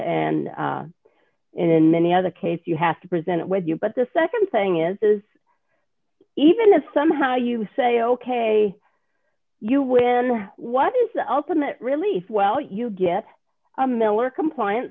and in many other case you have to present it with you but the nd thing is even if somehow you say ok you win what is the ultimate relief well you get miller complian